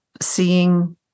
seeing